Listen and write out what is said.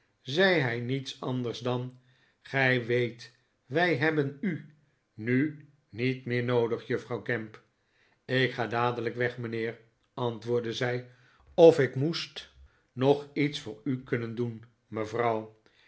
zei hij nietsanders dan gij weet wij hebben u nu niet meer noodig juffrouw gamp r ik ga dadelijk weg mijnheer antwoordde zij of ik moest nog iets voor u kunnen doen